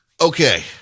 Okay